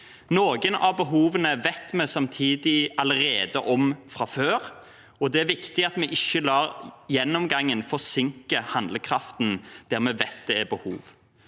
Noen av behovene vet vi samtidig allerede om fra før. Det er viktig at vi ikke lar gjennomgangen forsinke handlekraften der vi vet det er behov.